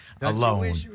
alone